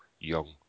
young